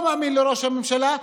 אני לא מאמין לראש הממשלה,